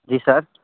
जी sir